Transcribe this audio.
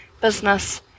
business